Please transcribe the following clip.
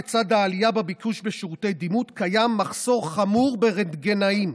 לצד העלייה בביקוש בשירותי דימות קיים מחסור חמור ברנטגנאים.